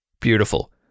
Beautiful